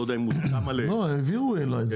לא העבירו אליי.